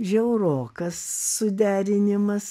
žiaurokas suderinimas